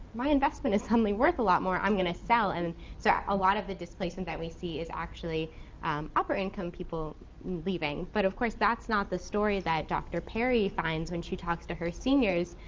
my investment is suddenly worth a lot more, i'm gonna sell. and so a lot of the displacement that we see is actually upper income people leaving. but of course, that's not the story that dr. perry finds when she talks to her seniors.